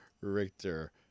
richter